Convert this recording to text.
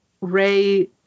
Ray